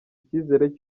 ikizere